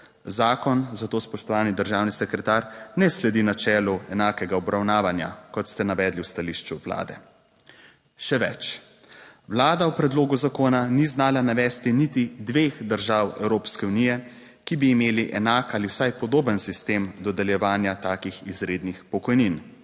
zakon, zato, spoštovani državni sekretar, ne sledi načelu enakega obravnavanja, kot ste navedli v stališču Vlade. Še več, Vlada v predlogu zakona ni znala navesti niti dveh držav Evropske unije, ki bi imeli enak ali vsaj podoben sistem dodeljevanja takih izrednih pokojnin.